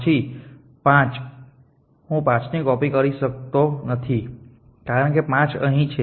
પછી 5 હું 5 કોપી કરી શકતો નથી કારણ કે 5 અહીં છે